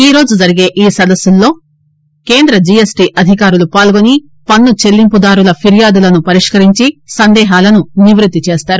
ఈ రోజు జరిగే ఈసదస్సులలో కేంద్ర జీఎస్టీ అధికారులు పాల్గొని పన్ను చెల్లింపుదారుల ఫిర్యాదులను పరిష్కరించి సందేహాలను నివృత్తి చేస్తారు